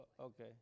Okay